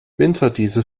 winterdiesel